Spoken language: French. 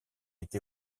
été